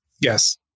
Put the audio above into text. Yes